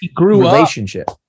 relationship